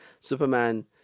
Superman